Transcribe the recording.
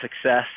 success